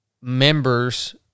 members